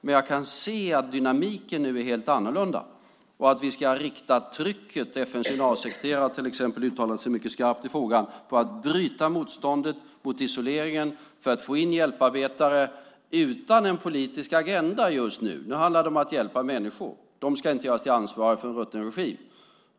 Men jag kan se att dynamiken nu är helt annorlunda och att vi ska rikta trycket - FN:s generalsekreterare har till exempel uttalat sig mycket skarpt i frågan - på att bryta motståndet mot isoleringen för att få in hjälparbetare, utan en politisk agenda just nu. Nu handlar det om att hjälpa människor. De ska inte göras ansvariga för en rutten regim.